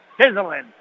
sizzling